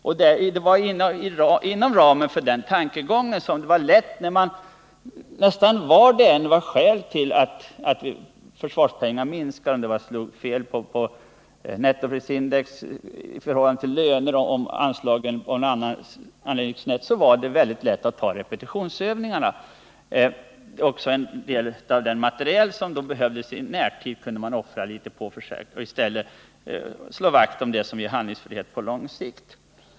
Vilket skälet än var till att försvarspengarna minskade — om det slog fel på nettoprisindex i förhållande till löner eller anslagen av någon annan anledning kom snett — var det med denna syn lätt att inskränka på repetitionsövningarna. Också en del av den materiel som behövdes i närtid kunde man offra litet av och i stället slå vakt om det som ger handlingsfrihet på lång sikt.